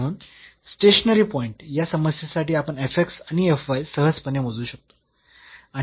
म्हणून stationary point या समस्येसाठी आपण आणि सहजपणे मोजू शकतो आणि ते 1 आणि 1 असे मिळतात